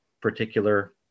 particular